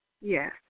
Yes